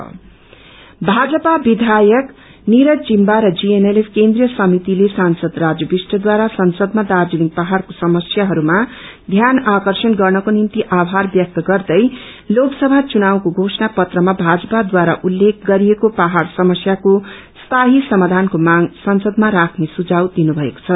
BJP MLA माजपा विघायक निरज जिम्बा र जीएनएतएफ केन्ट्रीय समितिले सांसद राजु विष्टद्वारा संसदमा दार्जीलिङ पहाङको समस्याहरूमा ध्यान आकर्षण गर्नको निम्ति आभार व्यक्त गर्दै लोकसभा चुनावको चोषणा पत्रमा भाजपावारा उल्लेख गरिएको पहाड़ समस्याको स्थायी समाधानको माग संसदमा राख्ने सुम्राव दिएको छ